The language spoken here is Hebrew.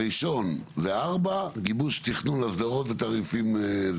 הראשון זה ארבע, גיבוש תכנון, אסדרות ותעריפים.